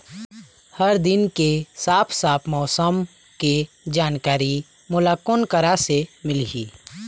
हर दिन के साफ साफ मौसम के जानकारी मोला कोन करा से मिलही?